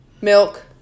milk